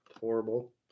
horrible